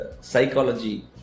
psychology